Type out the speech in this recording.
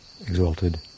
exalted